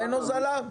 אין הוזלה?